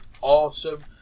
awesome